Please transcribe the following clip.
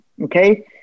Okay